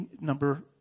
number